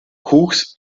kuchs